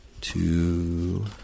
Two